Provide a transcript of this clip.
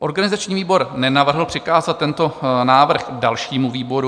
Organizační výbor nenavrhl přikázat tento návrh dalšímu výboru.